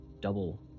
double